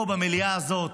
פה במליאה הזאת,